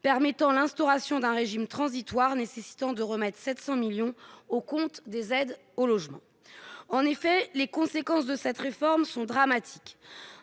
permettant l'instauration d'un régime transitoire nécessitant de remèdes 700 millions au compte des aides au logement, en effet, les conséquences de cette réforme sont dramatiques,